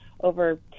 over